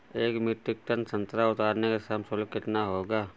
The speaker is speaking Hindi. एक मीट्रिक टन संतरा उतारने का श्रम शुल्क कितना होगा?